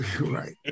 Right